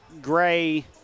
gray